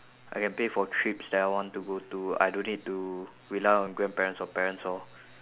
I can pay for trips that I want to go to I don't need to rely on grandparents or parents lor